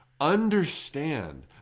Understand